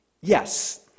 Yes